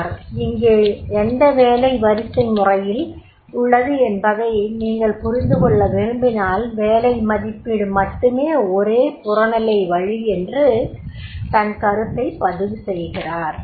R இங்கே எந்த வேலை வரிசைமுறையில் உள்ளது என்பதை நீங்கள் புரிந்து கொள்ள விரும்பினால் வேலை மதிப்பீடு மட்டுமே ஒறே புறநிலை வழி என்று தன் கருத்தைப் பதிவு செய்கிறார்